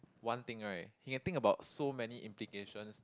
one thing right he can think about so many implications